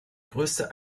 größte